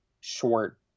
short